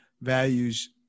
values